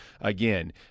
Again